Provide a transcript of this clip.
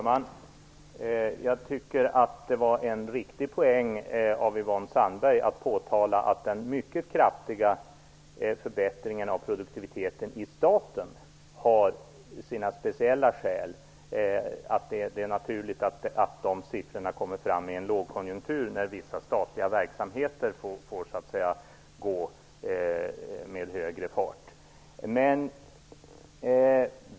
Herr talman! Det var en riktig poäng i Yvonne Sandberg-Fries påpekande att den mycket kraftiga förbättringen av produktiviteten i staten har sina speciella skäl och att det är naturligt att sådana siffror kommer fram i en lågkonjunktur, när vissa statliga verksamheter får gå med högre fart.